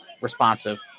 responsive